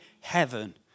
heaven